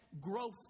growth